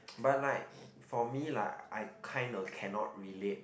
but right for me lah I kind of cannot relate